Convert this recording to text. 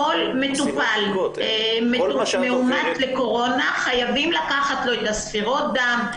כל מטופל מאומת לקורונה חייבים לקחת לו ספירת דם,